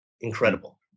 Incredible